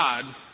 God